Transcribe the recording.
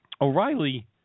O'Reilly